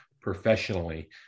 professionally